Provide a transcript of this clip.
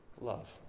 love